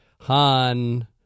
Han